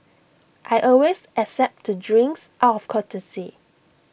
I always accept to drinks out of courtesy